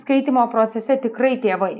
skaitymo procese tikrai tėvai